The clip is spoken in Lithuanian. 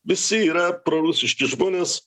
visi yra prorusiški žmonės